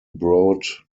broad